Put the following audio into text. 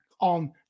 On